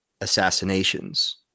assassinations